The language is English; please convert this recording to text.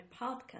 podcast